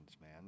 man